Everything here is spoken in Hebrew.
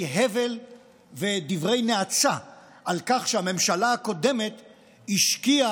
הבל ודברי נאצה על כך שהממשלה הקודמת השקיעה,